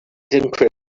christopher